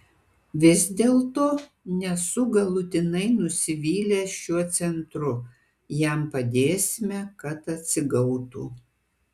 vis dėlto nesu galutinai nusivylęs šiuo centru jam padėsime kad atsigautų